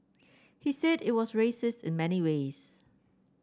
he said it was racist in many ways